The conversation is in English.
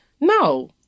no